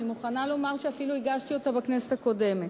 אני מוכנה לומר שאפילו הגשתי אותה בכנסת הקודמת,